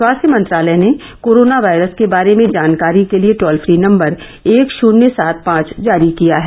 स्वास्थ्य मंत्रालय ने कोरोना वायरस के बारे में जानकारी के लिए टोल फ्री नम्वर एक शून्य सात पांच जारी किया है